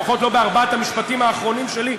לפחות לא בארבעת המשפטים האחרונים שלי,